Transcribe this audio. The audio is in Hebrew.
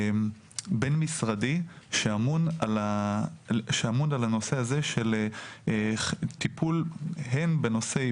בין-משרדי שאמון על הנושא הזה של טיפול הן בנושאי